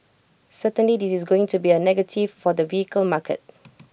certainly this is going to be A negative for the vehicle market